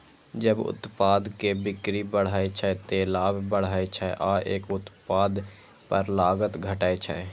जब उत्पाद के बिक्री बढ़ै छै, ते लाभ बढ़ै छै आ एक उत्पाद पर लागत घटै छै